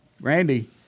Randy